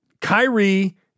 Kyrie